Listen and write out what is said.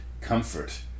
comfort